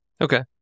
Okay